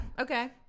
Okay